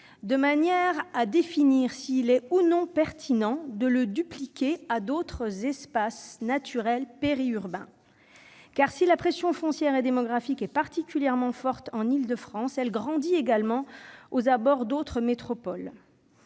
de manière à définir s'il est ou non pertinent de le dupliquer à d'autres espaces naturels périurbains. En effet, si la pression foncière et démographique est particulièrement forte en Île-de-France, elle s'accroît également aux abords d'autres métropoles.